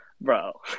bro